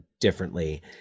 differently